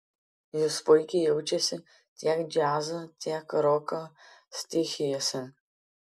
jis puikiai jaučiasi tiek džiazo tiek roko stichijose